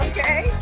Okay